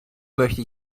möchte